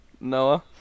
Noah